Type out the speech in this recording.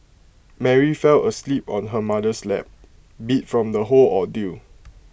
Mary fell asleep on her mother's lap beat from the whole ordeal